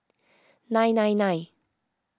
nine nine nine